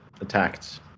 attacked